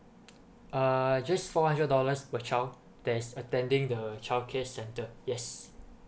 uh just four hundred dollars per child that is attending the childcare center yes